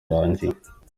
arangiye